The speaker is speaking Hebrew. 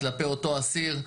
כלפי אותו אסיר.